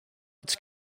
its